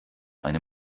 eine